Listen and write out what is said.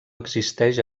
existeix